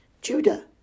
Judah